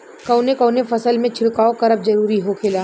कवने कवने फसल में छिड़काव करब जरूरी होखेला?